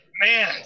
man